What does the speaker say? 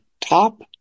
top